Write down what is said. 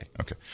okay